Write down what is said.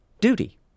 duty